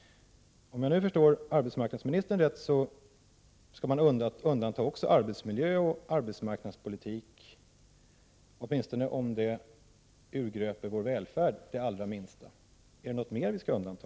Om jag förstår arbetsmarknadsministern rätt, skall man också undanta arbetsmiljö och arbetsmarknadspolitik, åtminstone om det urgröper vår välfärd det allra minsta. Är det något mer vi skall undanta?